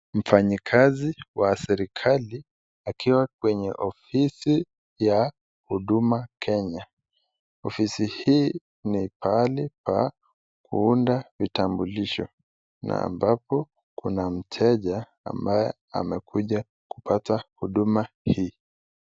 Mfanyakazi wa serikali akiwa kwenye ofisi ya Huduma Kenya. Ofisi hii ni pahali pa kuunda vitambulisho na ambapo kuna mteja ambaye amekuja kupata huduma hii.